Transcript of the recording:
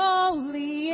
Holy